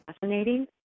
Fascinating